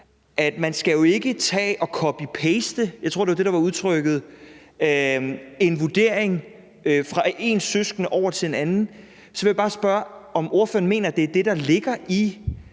tror jeg var udtrykket, en vurdering fra én søskende over til en anden. Så vil jeg bare spørge, om ordføreren mener, at det, der ligger i